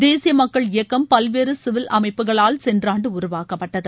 தேசிய மக்கள் இயக்கம் பல்வேறு சிவில் அமைப்புகளால் சென்ற ஆண்டு உருவாக்கப்பட்டது